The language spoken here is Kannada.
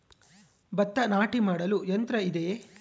ಭತ್ತ ನಾಟಿ ಮಾಡಲು ಯಂತ್ರ ಇದೆಯೇ?